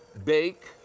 bake,